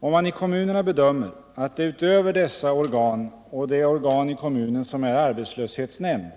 Om man i kommunerna bedömer att det utöver dessa organ och det organ i kommunen som är arbetslöshetsnämnd